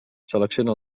selecciona